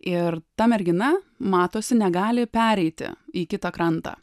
ir ta mergina matosi negali pereiti į kitą krantą